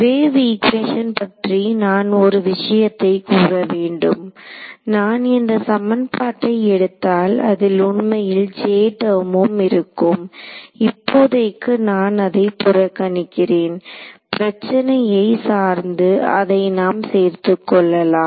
wave equation பற்றி நான் ஒரு விஷயத்தை கூற வேண்டும் நான் இந்த சமன்பாட்டை எடுத்தால் அதில் உண்மையில் J டெர்மும் இருக்கும் இப்போதைக்கு நான் அதை புறக்கணிக்கிறேன் பிரச்சனையை சார்ந்து அதை நாம் சேர்த்துக் கொள்ளலாம்